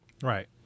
Right